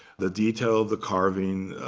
the detail of the carving.